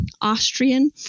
Austrian